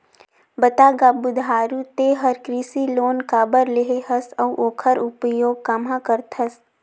बता गा बुधारू ते हर कृसि लोन काबर लेहे हस अउ ओखर उपयोग काम्हा करथस